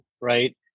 right